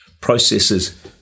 processes